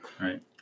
Right